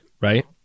Right